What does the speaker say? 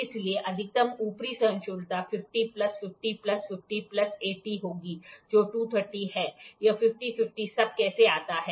इसलिए अधिकतम ऊपरी सहिष्णुता 50 प्लस 50 प्लस 50 प्लस 80 होगी जो 230 हैयह ५० ५० सब कैसे आता है